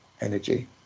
energy